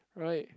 right